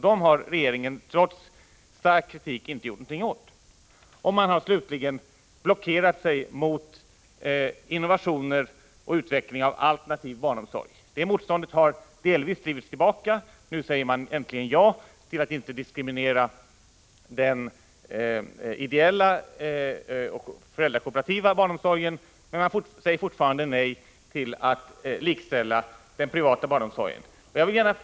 Dem har regeringen trots stark kritik inte gjort någonting åt. Man har slutligen blockerat sig mot innovationer och utveckling av alternativ barnomsorg. Det motståndet har man nu delvis gett upp. Nu säger man äntligen ja till att inte diskriminera den ideella och föräldrakooperativa barnomsorgen, men man säger fortfarande nej till att likställa den privata barnomsorgen med den kommunala.